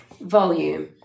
volume